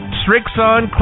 Strixon